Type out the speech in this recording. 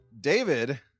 David